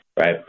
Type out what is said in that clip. right